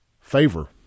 favor